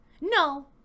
no